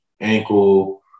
ankle